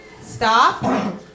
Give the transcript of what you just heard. Stop